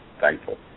thankful